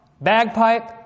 bagpipe